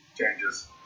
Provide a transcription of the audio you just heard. changes